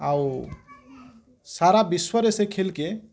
ଆଉ ସାରା ବିଶ୍ଵରେ ସେ ଖେଲ୍ କେ